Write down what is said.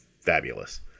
fabulous